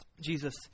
Jesus